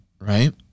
Right